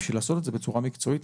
בשביל לעשות את זה בצורה מקצועית.